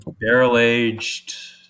barrel-aged